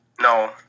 No